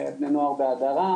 ובני נוער בהדרה.